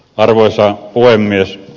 arvoisa puhemies